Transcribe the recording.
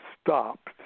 stopped